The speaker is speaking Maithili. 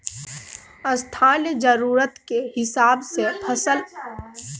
स्थानीय जरुरतक हिसाब सँ फसल उपजाएब ट्रोपिकल कृषि मे अबैत छै